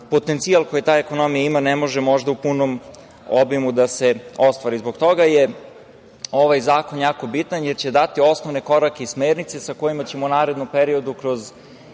potencijal koji ta ekonomija ima ne može možda u punom obimu da se ostvari. Zbog toga je ovaj zakon jako bitan, jer će dati osnovne korake i smernice sa kojima ćemo u narednom periodu, kroz